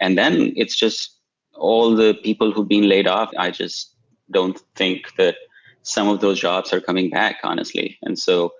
and then it's just all the people who've been laid off. i just don't think that some of those jobs are coming back honestly. and so